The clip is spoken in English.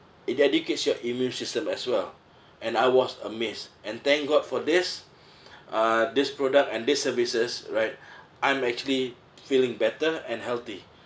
it educates your immune system as well and I was amazed and thank god for this uh this product and this services right I'm actually feeling better and healthy